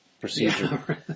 procedure